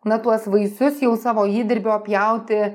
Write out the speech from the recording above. na tuos vaisius jau savo įdirbio pjauti